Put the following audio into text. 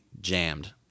jammed